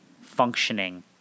functioning